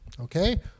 okay